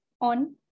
on